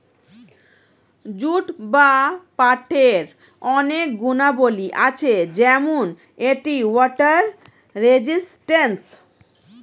jute বা পাটের অনেক গুণাবলী আছে যেমন এটি ওয়াটার রেজিস্ট্যান্স